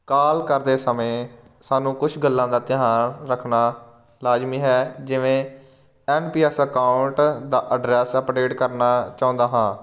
ਕਾਲ ਕਰਦੇ ਸਮੇਂ ਸਾਨੂੰ ਕੁਛ ਗੱਲਾਂ ਦਾ ਧਿਆਨ ਰੱਖਣਾ ਲਾਜ਼ਮੀ ਹੈ ਜਿਵੇਂ ਐੱਨ ਪੀ ਐੱਸ ਅਕਾਊਂਟ ਦਾ ਅਡਰੈਸ ਅਪਡੇਟ ਕਰਨਾ ਚਾਹੁੰਦਾ ਹਾਂ